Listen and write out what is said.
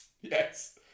Yes